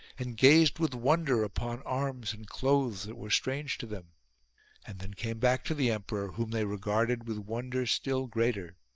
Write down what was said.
and gazed with wonder upon arms and clothes that were strange to them and then came back to the emperor, whom they regarded with wonder still greater.